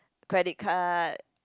credit card